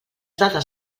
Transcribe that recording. dades